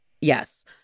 Yes